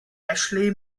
ashley